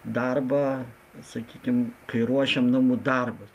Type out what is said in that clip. darbą sakykim kai ruošiam namų darbus